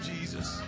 Jesus